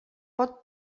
pot